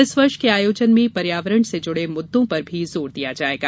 इस वर्ष के आयोजन में पर्यावरण से जुड़े मुददों पर भी जोर दिया जाएगा